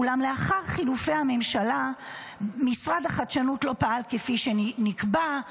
אולם לאחר חילופי הממשלה משרד החדשנות "לא פעל כפי שנקבע".